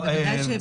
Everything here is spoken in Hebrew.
אבל בוודאי שאפשר.